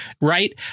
right